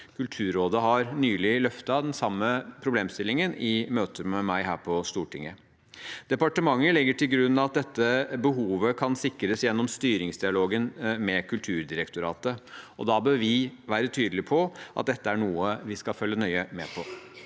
Kulturrådet har nylig løftet den samme problemstillingen i møte med meg her på Stortinget. Departementet legger til grunn at dette behovet kan sikres gjennom styringsdialogen med Kulturdirektoratet, og da bør vi være tydelige på at dette er noe vi skal følge nøye med på.